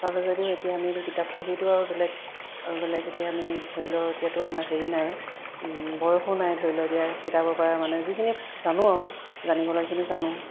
চাওঁ যদিও এতিয়া আমিতো কিতাপ পঢ়িতো আৰু বেলেগ আৰু বেলেগ এতিয়া আমি ধৰি লওক আমাৰ হেৰি নাই বয়সো নাই ধৰি লওক এতিয়া কিতাপৰপৰা মানে যিখিনি জানো আৰু জানিবলগাখিনি জানো